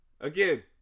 again